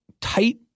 tight